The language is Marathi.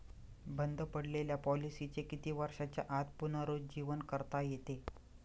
बंद पडलेल्या पॉलिसीचे किती वर्षांच्या आत पुनरुज्जीवन करता येते?